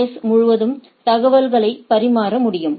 S முழுவதும் தகவல்களைப் பரிமாற முடியும்